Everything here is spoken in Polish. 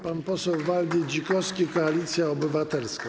Pan poseł Waldy Dzikowski, Koalicja Obywatelska.